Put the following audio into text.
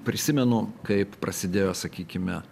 prisimenu kaip prasidėjo sakykime